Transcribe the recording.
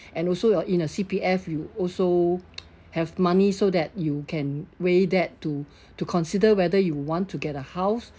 and also you're in a C_P_F you also have money so that you can weigh that to to consider whether you want to get a house